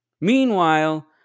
Meanwhile